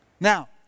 Now